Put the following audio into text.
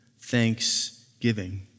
thanksgiving